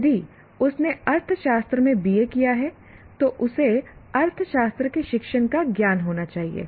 यदि उसने अर्थशास्त्र में BA किया है तो उसे अर्थशास्त्र के शिक्षण का ज्ञान होना चाहिए